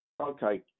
Okay